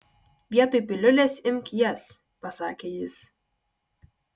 vietoj piliulės imk jas pasakė jis